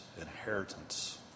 inheritance